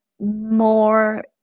more